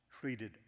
treated